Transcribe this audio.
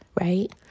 right